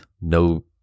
no